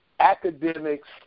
academics